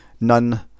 none